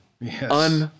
Yes